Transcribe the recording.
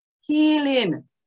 healing